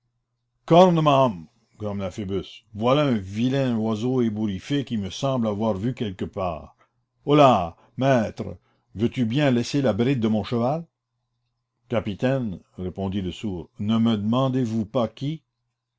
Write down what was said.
cornemahom grommela phoebus voilà un vilain oiseau ébouriffé qu'il me semble avoir vu quelque part holà maître veux-tu bien laisser la bride de mon cheval capitaine répondit le sourd ne me demandez-vous pas qui